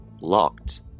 locked